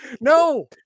No